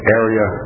area